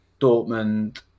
Dortmund